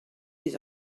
les